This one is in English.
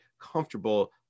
comfortable